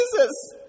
Jesus